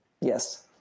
Yes